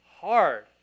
hard